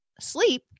sleep